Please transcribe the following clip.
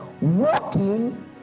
walking